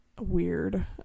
weird